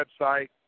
website